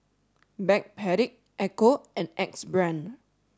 Backpedic Ecco and Axe Brand